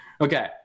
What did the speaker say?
okay